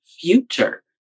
future